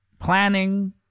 planning